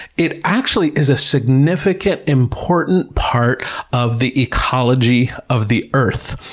it actually is a significant, important part of the ecology of the earth,